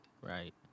right